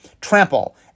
Trample